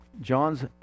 John's